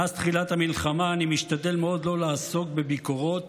מאז תחילת המלחמה אני משתדל מאוד לא לעסוק בביקורות